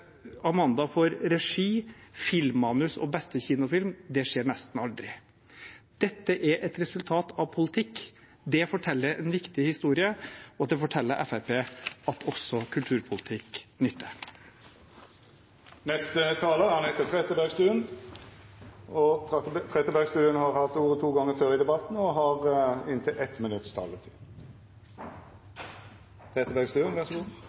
Amanda for både regi, filmmanus og beste kinofilm. Det skjer nesten aldri. Det er et resultat av politikk, det forteller en viktig historie, og det forteller Fremskrittspartiet at også kulturpolitikk nytter. Representanten Anette Trettebergstuen har hatt ordet to gonger tidlegare og får ordet til ein kort merknad, avgrensa til 1 minutt. La meg bare få siste ordet. Denne debatten